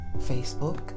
Facebook